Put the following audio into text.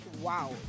wow